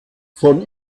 von